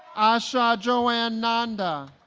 asha joann nanda